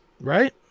Right